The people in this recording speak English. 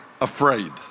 afraid